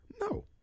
No